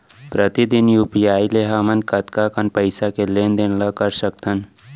प्रतिदन यू.पी.आई ले हमन कतका कन पइसा के लेन देन ल कर सकथन?